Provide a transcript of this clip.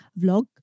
vlog